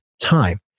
time